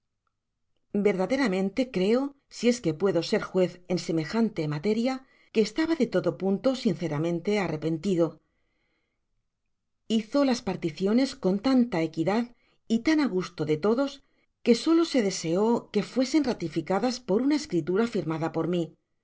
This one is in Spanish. verdaderamente creo si es que puedo ser juez en semejante materia que estaba de todo punto sinceramente arrepentido hizo las particiones con tanta equidad y tan á gusto de todos que solo se deseó que fuesen ratificadas por una escritura firmada por mi